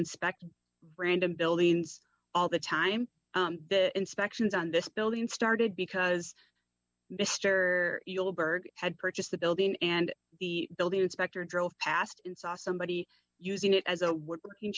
inspect random buildings all the time the inspections on this building started because mr eagleburger had purchased the building and the building inspector drove past and saw somebody using it as a woodworking